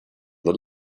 the